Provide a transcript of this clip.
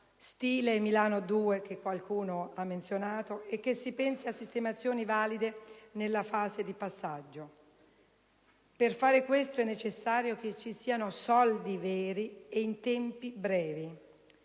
stile Milano 2, che qualcuno ha menzionato - e che si pensi a sistemazioni valide nella fase di passaggio. Per fare questo, è necessario che ci siano soldi veri e in tempi brevi.